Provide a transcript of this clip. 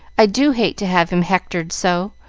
i do hate to have him hectored so,